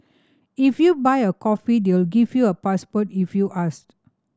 if you buy a coffee they'll give you a password if you ask